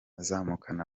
munyakazi